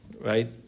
Right